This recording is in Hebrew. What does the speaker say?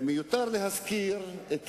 אני לא יכול להתחייב לדבר הבא.